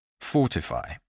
Fortify